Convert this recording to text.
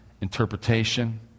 interpretation